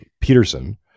peterson